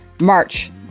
March